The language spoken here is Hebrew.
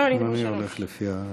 אני הולך לפי הרשימה.